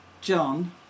john